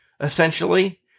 essentially